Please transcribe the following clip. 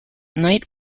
knight